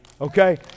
Okay